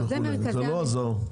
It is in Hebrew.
זה לא עזר.